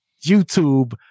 YouTube